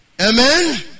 Amen